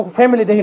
family